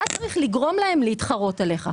אתה צריך לגרום להם להתחרות עליך.